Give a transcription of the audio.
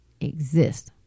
exist